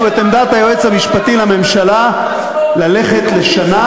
את עמדת היועץ המשפטי לממשלה ללכת לשנה,